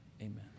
Amen